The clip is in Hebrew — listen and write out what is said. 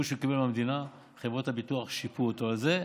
שהוא קיבל מהמדינה חברות הביטוח שיפו אותו על זה.